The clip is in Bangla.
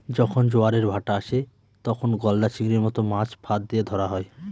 যখন জোয়ারের ভাঁটা আসে, তখন গলদা চিংড়ির মত মাছ ফাঁদ দিয়ে ধরা হয়